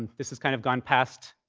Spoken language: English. and this has kind of gone past